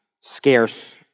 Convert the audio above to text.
scarce